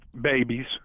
babies